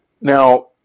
Now